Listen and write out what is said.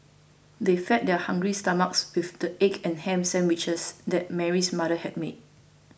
they fed their hungry stomachs with the egg and ham sandwiches that Mary's mother had made